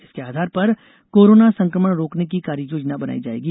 इसके आधार पर कोरोना संकमण रोकने की कार्ययोजना बनाई जायेगी